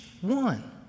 one